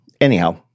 Anyhow